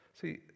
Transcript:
See